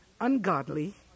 ungodly